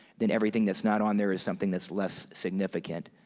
then everything that's not on there is something that's less significant,